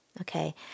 okay